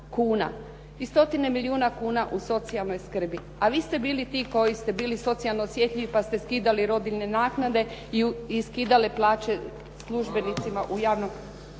I stotine milijuna kuna u socijalnoj skrbi. A vi ste bili ti koji ste bili socijalno osjetljivi pa ste skidali rodiljne naknade i skidali plaće službenicama u javnim